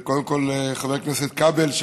וקודם כול חבר הכנסת כבל,